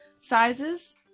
sizes